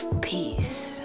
peace